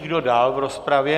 Kdo dál v rozpravě?